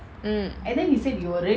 mm